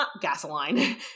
gasoline